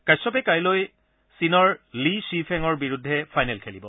কাশ্যপে কাইলৈ চীনৰ লি প্বিফেঙৰ বিৰুদ্ধে ফাইনেল খেলিব